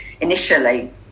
initially